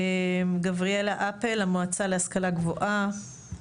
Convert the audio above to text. גבריאלה אפל, המועצה להשכלה גבוהה,